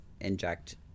inject